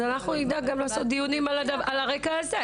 אז אנחנו נדאג לעשות דיונים גם על הרקע הזה,